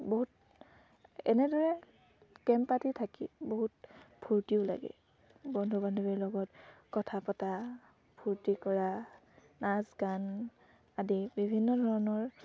বহুত এনেদৰে কেম্প পাতি থাকি বহুত ফূৰ্তিও লাগে বন্ধু বান্ধৱীৰ লগত কথা পতা ফূৰ্তি কৰা নাচ গান আদি বিভিন্ন ধৰণৰ